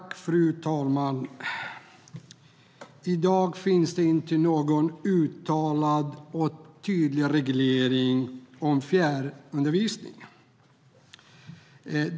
Fru talman! I dag finns det ingen uttalad och tydlig reglering av fjärrundervisning.